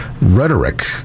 rhetoric